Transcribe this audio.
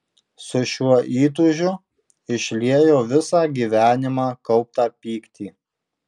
su šiuo įtūžiu išliejo visą gyvenimą kauptą pyktį